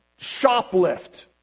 shoplift